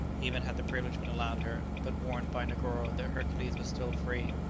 even had the privilege been allowed her but warned by negoro that hercules was still free,